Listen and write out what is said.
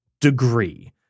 degree